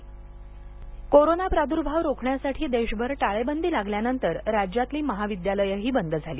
महाराष्ट्र शाळा कोरोना प्रादुर्भाव रोखण्यासाठी देशभर टाळेबंदी लागल्यानंतर राज्यातली महाविद्यालयही बंद झाले